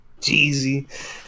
Jeezy